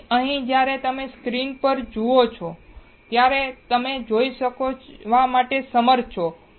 તેથી અહીં જ્યારે તમે સ્ક્રીન જુઓ છો ત્યારે તમે શું જોવા માટે સમર્થ છો